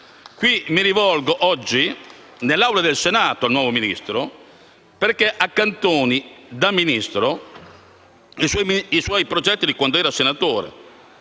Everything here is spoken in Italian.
Mi rivolgo oggi, nell'Aula del Senato, al nuovo Ministro affinché accantoni, da Ministro, i suoi progetti di quando era senatore.